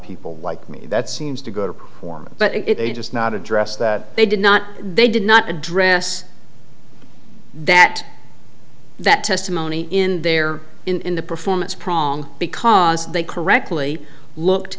people like me that seems to go to form but it may just not address that they did not they did not address that that testimony in there in the performance prong because they correctly looked